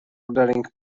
ordering